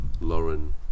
Lauren